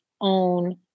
own